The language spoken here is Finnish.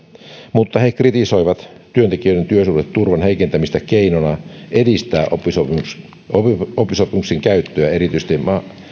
mutta kritisoi työntekijöiden työsuhdeturvan heikentämistä keinona edistää oppisopimuksien käyttöä erityisesti